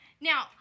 now